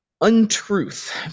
untruth